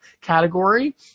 category